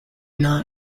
not